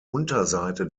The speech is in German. unterseite